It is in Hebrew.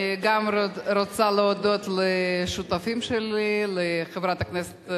אני גם רוצה להודות לשותפים שלי: לחברת הכנסת